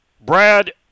Brad